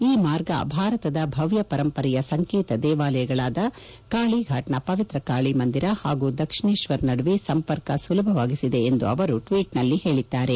ಈ ಮಾರ್ಗ ಭಾರತದ ಭವ್ಯ ಪರಂಪರೆಯ ಸಂಕೇತ ದೇವಾಲಯಗಳಾದ ಕಾಳಿಫಾಟ್ನ ಪವಿತ್ರ ಕಾಳಿ ಮಂದಿರ ಮತ್ತು ದಕ್ಷಿಣೇಶ್ವರ್ ನಡುವೆ ಸಂಪರ್ಕ ಸುಲಭವಾಗಿಸಿದೆ ಎಂದು ಅವರು ಟ್ವೀಟ್ನಲ್ಲಿ ಹೇಳಿದ್ದಾರೆ